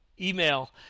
email